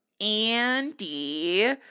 Andy